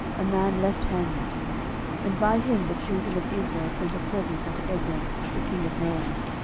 a man lefthanded and by him the children of israel sent a present unto eglon the king of moab.